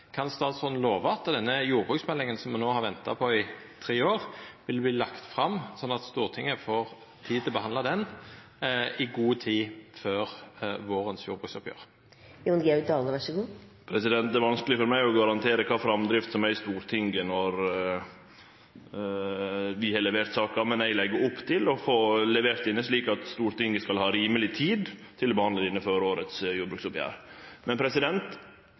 Kan statsråden lova at denne jordbruksmeldinga som me no har venta på i tre år, vil verta lagd fram slik at Stortinget får tid til å behandla ho i god tid før vårens jordbruksoppgjer? Det er vanskeleg for meg å garantere kva framdrift som er i Stortinget når vi har levert saka, men eg legg opp til å leggje saka fram, slik at Stortinget skal ha rimeleg tid til å behandle ho før jordbruksoppgjeret. Men